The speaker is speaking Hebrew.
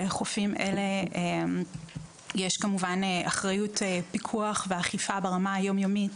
בחופים אלה יש כמובן אחריות פיקוח ואכיפה ברמה היום-יומית